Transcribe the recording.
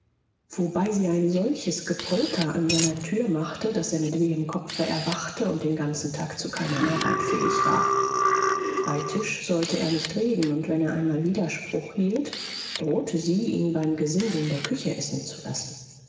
wobei sie ein solches gepolter an seiner tür machte daß er mit wehem kopfe erwachte und den ganzen tag zu keiner arbeit fähig war bei tisch sollte er nicht reden und wenn er einmal widerspruch hielt drohte sie ihn beim gesinde in der küche essen zu lassen